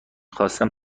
خواستم